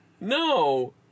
No